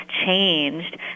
changed